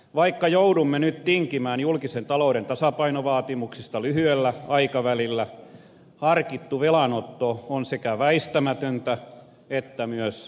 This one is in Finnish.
vaikka joudumme nyt tinkimään julkisen talouden tasapainovaatimuksista lyhyellä aikavälillä harkittu velanotto on sekä väistämätöntä että myös välttämätöntä